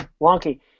wonky